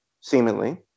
seemingly